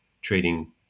trading